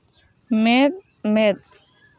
ᱢᱮᱫ ᱢᱮᱫ